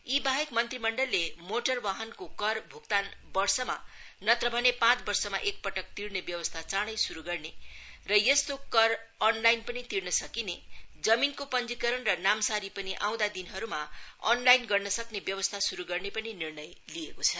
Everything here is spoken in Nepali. यीबाहेक मंत्रीमण्डलले मोटर बाहनको कर भ्क्तान वर्षमा नत्र भने पाँच वर्षमा एक पटक तिर्ने व्यवस्था चाडै श्रू गर्ने र यस्तो कर अनलाइन पनि तिर्न सकिने जमीनको पंजीकरण र नामसारी पनि आउँदो दिनहरूमा अनलाइन गर्नसक्ने व्यवस्था शरू गर्ने पनि निर्णय लिएको छ